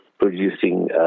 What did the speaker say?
Producing